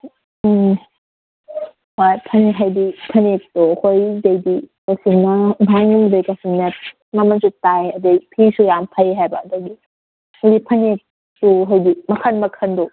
ꯍꯣꯏ ꯐꯅꯦꯛ ꯍꯥꯏꯗꯤ ꯐꯅꯦꯛꯇꯣ ꯑꯩꯈꯣꯏꯗꯩꯗꯤ ꯇꯁꯦꯡꯅ ꯃꯃꯟꯁꯨ ꯇꯥꯏ ꯑꯗꯩ ꯐꯤꯁꯨ ꯌꯥꯝ ꯐꯩ ꯍꯥꯏꯕ ꯑꯗꯨꯒꯤ ꯑꯩꯈꯣꯏꯒꯤ ꯐꯅꯦꯛꯇꯣ ꯍꯥꯏꯗꯤ ꯃꯈꯟ ꯃꯈꯟꯗꯣ